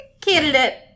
Candidate